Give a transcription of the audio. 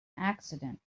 accident